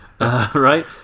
Right